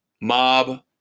mob